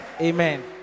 Amen